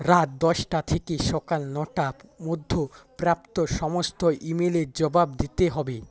রাত দশটা থেকে সকাল নটা মধ্য প্রাপ্ত সমস্ত ইমেলের জবাব দিতে হবে